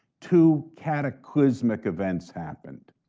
two cataclysmic events happened.